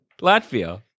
Latvia